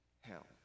hell